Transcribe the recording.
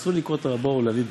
שאסור לקרות לרבו או לאביו בשמו.